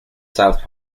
south